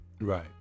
Right